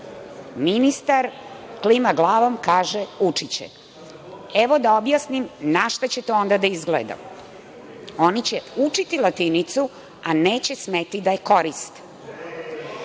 Ministar klima glavom, kaže – učiće. Evo, da objasnim na šta će to onda da izgleda. Oni će učiti latinicu, a neće smeti da je koriste.